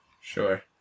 Sure